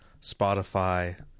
Spotify